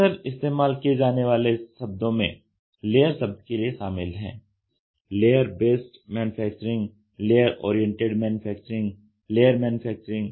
अक्सर इस्तेमाल किए जाने वाले शब्दों में लेयर शब्द के लिए शामिल हैं layer based manufacturing layer oriented manufacturing layer manufacturing